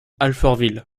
alfortville